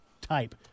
type